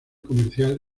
comercial